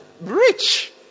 Rich